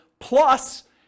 plus